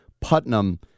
Putnam